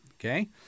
okay